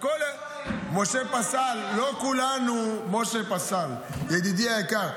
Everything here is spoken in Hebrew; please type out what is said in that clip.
משה פסל, ידידי היקר,